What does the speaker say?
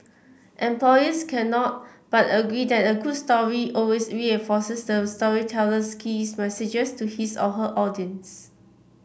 employers cannot but agree that a good story always reinforces the storyteller's key message to his or her audience